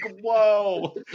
whoa